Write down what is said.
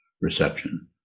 reception